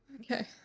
Okay